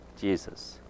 Jesus